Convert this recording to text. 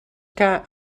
que